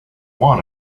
want